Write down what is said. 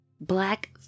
black